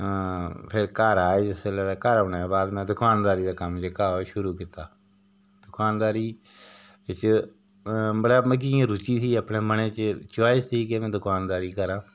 आं फिर घर आये जिसलै ते घर औने दे बाच में दुकानदारी दा कम्म जेह्का ओह् शुरू कीता दुकानदारी इच मतलब मिगी इ'यां रूचि ही मनै च च्वाइस ही मनै मतलब की में दुकानदारी करांऽ